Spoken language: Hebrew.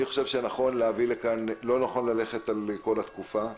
אני חושב שלא נכון ללכת על כל התקופה,